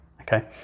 okay